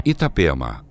Itapema